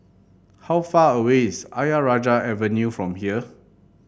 how far away is Ayer Rajah Avenue from here